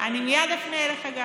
אני מייד אפנה גם אליך.